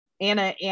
Anna